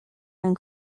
and